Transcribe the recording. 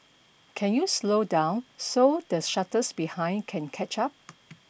can you slow down so the shuttles behind can catch up